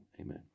Amen